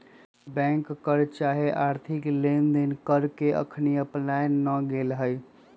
bank कर चाहे आर्थिक लेनदेन कर के अखनी अपनायल न गेल हइ